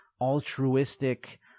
altruistic